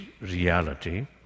reality